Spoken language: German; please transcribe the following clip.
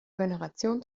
generation